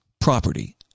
property